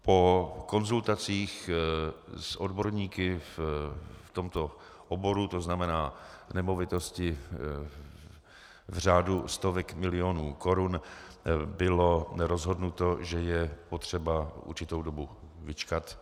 Po konzultacích s odborníky v tomto oboru, to znamená nemovitosti v řádu stovek milionů korun, bylo rozhodnuto, že je potřeba určitou dobu vyčkat.